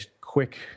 quick